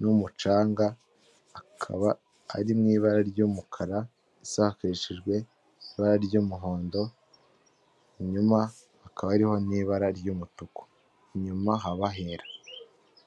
n'umucanga, akaba ari mu ibara ry'umukara, ndetse hakoreshejwe ibara ry'umuhondo, inyuma hakaba hariho ho n'ibara ry'umutuku inyuma hakaba hera.